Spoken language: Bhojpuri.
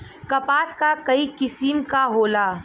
कपास क कई किसिम क होला